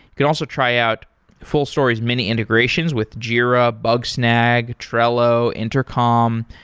can also try out fullstory's mini integrations with jira, bugsnag, trello, intercom.